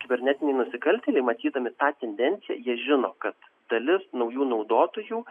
kibernetiniai nusikaltėliai matydami tą tendenciją jie žino kad dalis naujų naudotojų